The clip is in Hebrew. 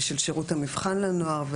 ושל שירות המבחן לנוער,